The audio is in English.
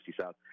South